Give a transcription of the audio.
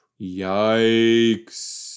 Yikes